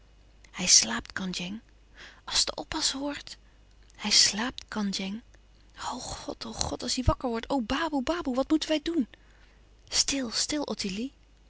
hij slaapt kandjeng als de oppas hoort hij slaapt kandjeng o god o god als hij wakker wordt o baboe baboe wat moeten wij doen stil stil ottilie